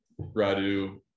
Radu